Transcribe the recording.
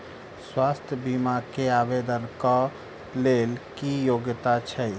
स्वास्थ्य बीमा केँ आवेदन कऽ लेल की योग्यता छै?